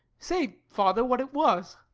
say, father, what it was.